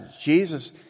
Jesus